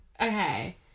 Okay